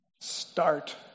start